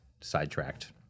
sidetracked